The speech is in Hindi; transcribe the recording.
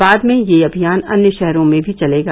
बाद में यह अभियान अन्य शहरों में भी चलेगा